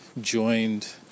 joined